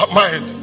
mind